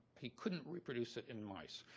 he couldn't reproduce it in mice.